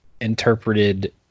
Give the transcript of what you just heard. interpreted